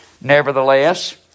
Nevertheless